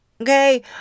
Okay